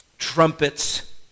trumpets